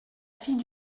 fille